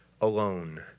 alone